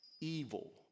evil